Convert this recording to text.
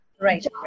Right